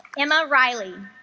emma riley